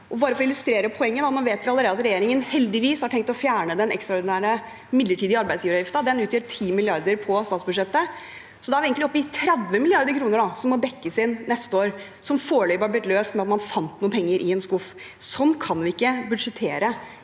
for å illustrere poenget: Nå vet vi allerede at regjeringen heldigvis har tenkt å fjerne den ekstraordinære midlertidige arbeidsgiveravgiften. Den utgjør 10 mrd. kr på statsbudsjettet. Da er vi egentlig oppe i 30 mrd. kr som må dekkes inn neste år, og som foreløpig har blitt løst med at man fant noen penger i en skuff. Sånn kan vi ikke budsjettere